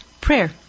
Prayer